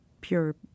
pure